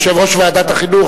יושב-ראש ועדת החינוך,